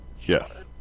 Yes